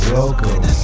Welcome